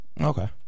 Okay